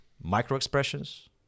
micro-expressions